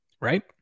right